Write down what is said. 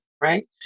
Right